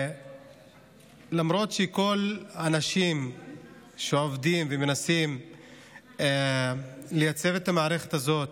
למרות שכל האנשים עובדים ומנסים לייצב את המערכת הזאת,